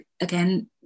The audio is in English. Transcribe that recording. again